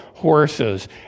horses